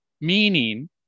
meaning